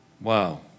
Wow